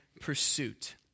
pursuit